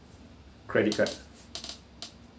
credit card